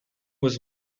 was